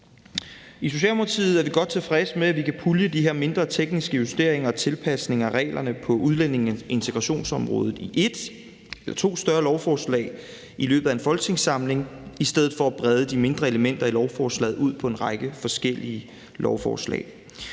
I Socialdemokratiet er vi godt tilfreds med, at vi kan pulje de her mindre, tekniske justeringer og tilpasninger af reglerne på udlændinge- og integrationsområdet i et eller to større lovforslag i løbet af en folketingssamling i stedet for at brede de mindre elementer i lovforslaget ud på en række forskellige lovforslag.